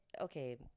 Okay